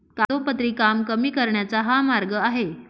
कागदोपत्री काम कमी करण्याचा हा मार्ग आहे